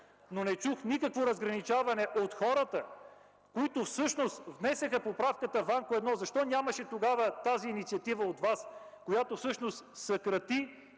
не чух никакво разграничаване от хората, които всъщност внесоха поправката „Ванко-1”. Защо нямаше тогава тази инициатива от Вас, която всъщност съкрати